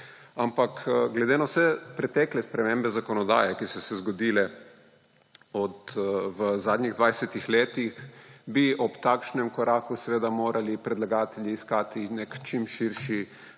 Ampak glede na vse pretekle spremembe zakonodaje, ki so se zgodile v zadnjih dvajsetih letih, bi ob takšnem koraku seveda morali predlagatelji iskati nek čim širši